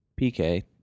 PK